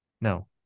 No